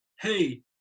hey